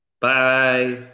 Bye